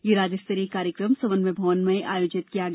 ये राज्य स्तरीय कार्यक्रम समन्वय भवन में आयोजित किया गया